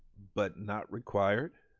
but not required?